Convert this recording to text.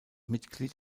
mitglied